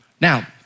Now